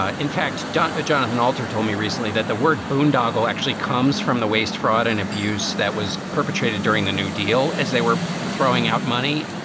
ah in fact, don. jonathan alter told me recently that the word boondoggle actually comes from the waste, fraud and abuse that was perpetrated during the new deal as they were throwing out money.